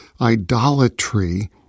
idolatry